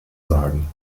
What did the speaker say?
sagen